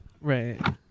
Right